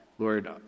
Lord